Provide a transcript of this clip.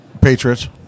Patriots